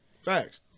facts